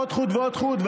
עוד חוט ועוד חוט,